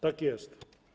Tak jest.